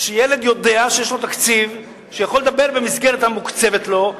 שילד יודע שיש לו תקציב שהוא יכול לדבר במסגרת המוקצבת לו,